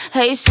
Hey